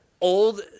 old